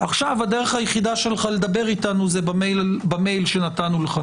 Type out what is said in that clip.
עכשיו הדרך היחידה שלך לדבר איתנו זה במייל שנתנו לך.